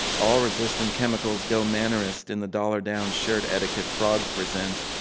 all resistant chemicals go mannerist in the dollar down shirt etiquette frogs present.